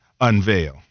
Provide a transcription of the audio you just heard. unveil